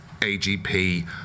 AGP